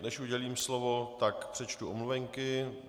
Než udělím slovo, tak přečtu omluvenky.